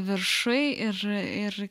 viršuj ir ir